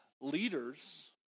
Leaders